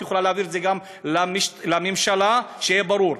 את יכולה להעביר את זה גם לממשלה: שיהיה ברור,